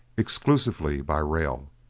exclusively by rail.